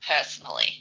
personally